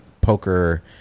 poker